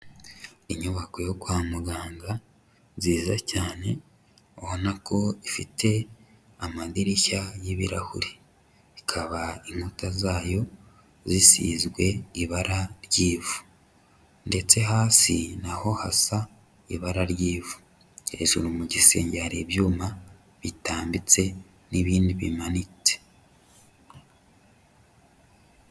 Inyubako yo kwa muganga nziza cyane, ubona ko ifite amadirishya y'ibirahuri, ikaba inkuta zayo zisizwe ibara ry'ivu ndetse hasi naho hasa ibara ry'ivu, hejuru mu gisenge hari ibyuma bitambitse n'ibindi bimanitse.